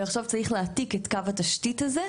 ועכשיו צריך להעתיק את קו התשתית הזה,